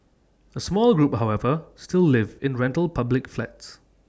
A small group however still live in rental public flats